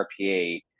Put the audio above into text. RPA